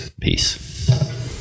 Peace